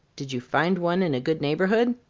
did you find one in a good neighbourhood?